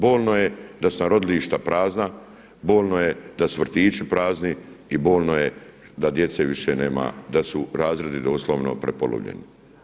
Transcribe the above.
Bolno je da su nam rodilišta prazna, bolno je da su vrtići prazni i bolno je da djece više nema, da su razredi doslovno prepolovljeni.